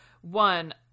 One